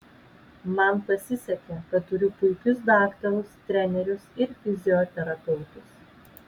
man pasisekė kad turiu puikius daktarus trenerius ir fizioterapeutus